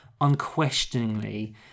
unquestioningly